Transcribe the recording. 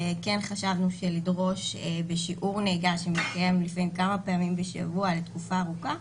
כן חשבנו שבשיעור נהיגה שמתקיים לפעמים כמה פעמים בשבוע לתקופה ארוכה,